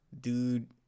Dude